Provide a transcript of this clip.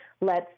lets